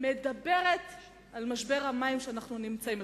מדברת על משבר המים שאנחנו נמצאים בו,